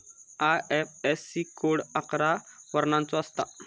IFSC code अकरा वर्णाचो असता